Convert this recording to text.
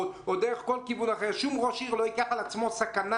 או דרך כל כיוון אחר שום ראש עיר לא ייקח על עצמו את הסיכון,